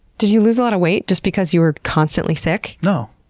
did you lose a lot of weight just because you were constantly sick? no.